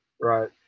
right